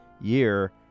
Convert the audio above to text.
year